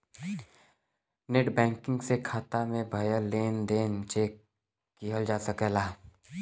net banking से खाता में भयल लेन देन चेक किहल जा सकला